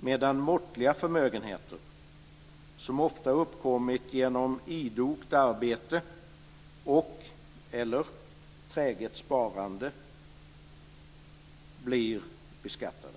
medan måttliga förmögenheter, som ofta uppkommit genom idogt arbete eller träget sparande, blir beskattade.